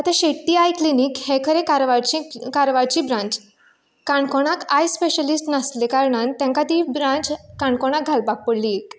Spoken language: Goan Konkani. आतां शेट्टी आय क्लिनीक हें खरें कारवारचें कारवारची ब्रांच काणकोणांत आय स्पेशलिस्ट नासले कारणान तेंकां ती ब्रांच काणकोणांत घालपाक पडली एक